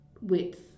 width